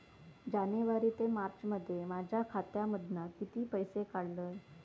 जानेवारी ते मार्चमध्ये माझ्या खात्यामधना किती पैसे काढलय?